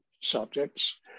subjects